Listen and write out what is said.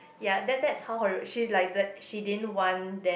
ya that that's how horrible she's like that she didn't want them